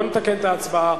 לא נתקן את ההצבעה,